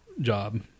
job